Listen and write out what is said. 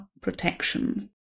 protection